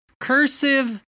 Cursive